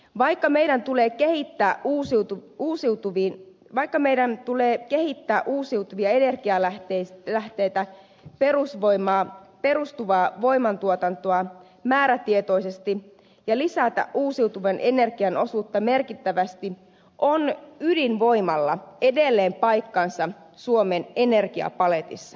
vaikka meidän tulee kehittää uusiutu kuoseutuviin vaikka meidän tulee kehittää uusiutuviin energialähteisiin ja perusvoimaan perustuvaa voimantuotantoa määrätietoisesti ja lisätä uusiutuvan energian osuutta merkittävästi on ydinvoimalla edelleen paikkansa suomen energiapaletissa